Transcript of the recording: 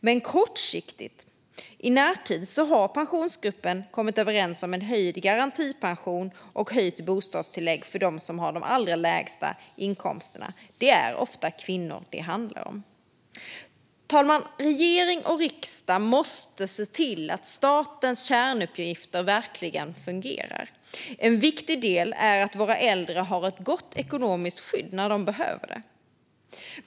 Men kortsiktigt, i närtid, har Pensionsgruppen kommit överens om en höjd garantipension och höjt bostadstillägg för dem som har de allra lägsta inkomsterna; det är ofta kvinnor det handlar om. Fru talman! Regering och riksdag måste se till att statens kärnuppgifter verkligen fungerar. En viktig del är att våra äldre har ett gott ekonomiskt skydd när de behöver det.